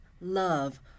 love